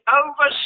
over